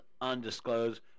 undisclosed